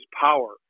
power